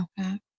Okay